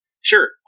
sure